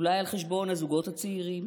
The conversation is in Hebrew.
אולי על חשבון הזוגות הצעירים?